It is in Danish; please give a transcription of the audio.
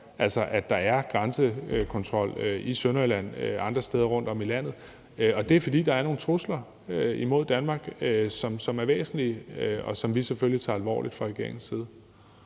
altså at der er grænsekontrol i Sønderjylland og andre steder rundtom i landet, og det er, fordi der er nogle trusler imod Danmark, som er væsentlige, og som vi selvfølgelig fra regeringens side